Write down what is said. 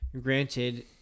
granted